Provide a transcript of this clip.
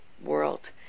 world